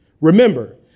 Remember